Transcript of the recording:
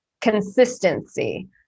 consistency